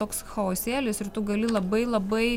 toks chaosėlis ir tu gali labai labai